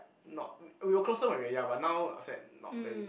not we we were closer when we're young but now after that not very close